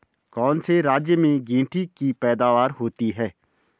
कौन से राज्य में गेंठी की पैदावार होती है?